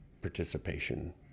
participation